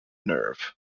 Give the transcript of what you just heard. nerve